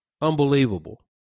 Unbelievable